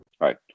right